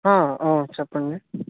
చెప్పండి